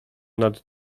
nad